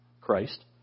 Christ